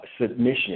Submission